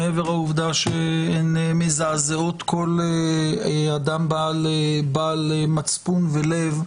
מעבר לעובדה שהן מזעזעות כל אדם בעל מצפון ולב,